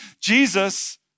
Jesus